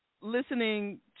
listening